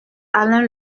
alain